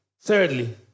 Thirdly